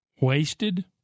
wasted